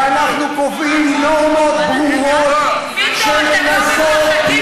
ואנחנו קובעים נורמות ברורות של קנסות,